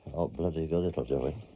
bloody good it'll do